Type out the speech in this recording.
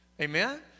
Amen